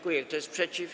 Kto jest przeciw?